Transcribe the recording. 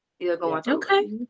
Okay